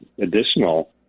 additional